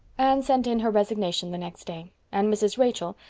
anne sent in her resignation the next day and mrs. rachel,